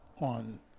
on